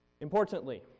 Importantly